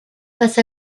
passe